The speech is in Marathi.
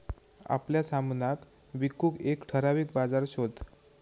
आपल्या सामनाक विकूक एक ठराविक बाजार शोध